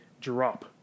drop